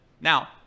Now